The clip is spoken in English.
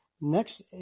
Next